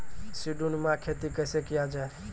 सीडीनुमा खेती कैसे किया जाय?